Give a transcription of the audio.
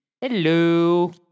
Hello